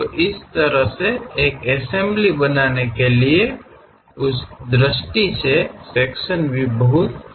तो इस तरह से एक एसम्ब्ली बनाने के लिए है उस दृष्टि से सेक्शन व्यू बहुत सहायक हैं